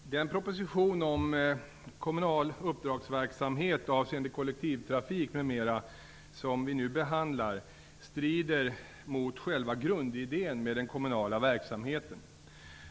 Fru talman! Den proposition om kommunal uppdragsverksamhet avseende kollektivtrafik, m.m. som vi nu skall behandla strider mot själva grundidén med den kommunala verksamheten.